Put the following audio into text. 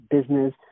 business